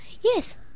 Yes